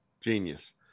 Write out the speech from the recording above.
Genius